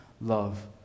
love